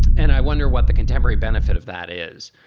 and i wonder what the contemporary benefit of that is.